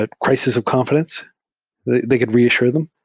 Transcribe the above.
ah cris is of confidence that they could reassure them.